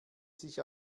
sich